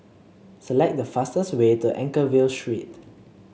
select the fastest way to Anchorvale Street